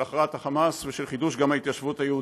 של הכרעת החמאס וגם של חידוש ההתיישבות היהודית.